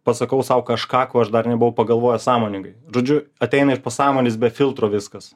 pasakau sau kažką ko aš dar nebuvau pagalvojęs sąmoningai žodžiu ateina iš pasąmonės be filtro viskas